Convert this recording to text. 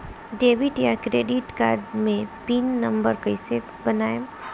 Debit या credit card मे pin number कैसे बनाएम?